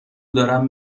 دارن